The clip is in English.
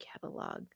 catalog